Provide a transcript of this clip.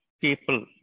people